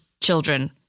children